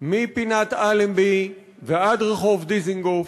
מפינת אלנבי עד רחוב דיזנגוף